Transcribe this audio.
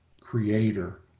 creator